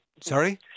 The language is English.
Sorry